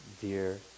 dear